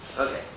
Okay